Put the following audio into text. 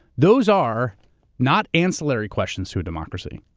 those are not ancillary questions to a democracy.